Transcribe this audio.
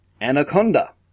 Anaconda